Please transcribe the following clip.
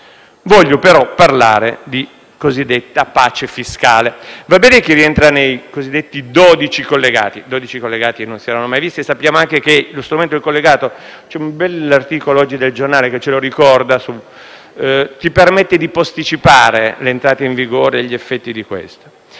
Voglio però parlare della cosiddetta pace fiscale. Va bene che rientra nei cosiddetti 12 collegati; 12 collegati non si erano mai visti e sappiamo anche che lo strumento del collegato - c'è un bell'articolo oggi su «Il Giornale» che ce lo ricorda - permette di posticipare l'entrata in vigore e gli effetti di queste